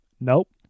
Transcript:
Nope